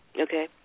Okay